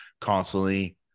constantly